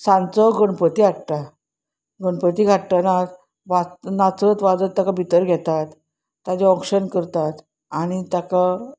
सांचो गणपती हाडटा गणपतीक हाडटना वाज नाचत वाजत ताका भितर घेतात ताचें औक्षण करतात आनी ताका